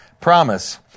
promise